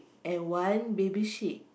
and one baby sheep